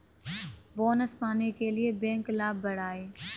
bonus पाने के लिए बैंक लाभ बढ़ाएं